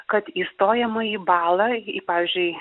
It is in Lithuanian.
kad į stojamąjį balą į pavyzdžiui